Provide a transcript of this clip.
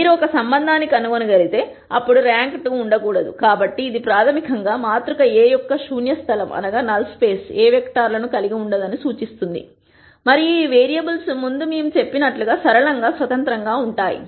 మీరు ఒక సంబంధాన్ని కనుగొనగలిగితే అప్పుడు ర్యాంక్ 2 ఉండకూడదు కాబట్టి ఇది ప్రాథమికంగా మాతృక A యొక్క శూన్య స్థలం ఏ వెక్టర్లను కలిగి ఉండదని సూచిస్తుంది మరియు ఈ వేరియబుల్స్ ముందు మేము చెప్పినట్లుగా సరళంగా స్వతంత్రంగా ఉంటాయి